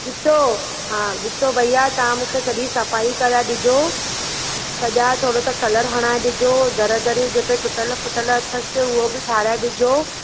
ॾिसो हा ॾिसो भैया तां मूंखे सॼी सफ़ाई कराए ॾिजो सॼा थोरो त कलर हणाए ॾिजो दर दरियूं जेके टुटल फ़ुटल अथसि उअ बि ठाराए ॾिजो